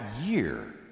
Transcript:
year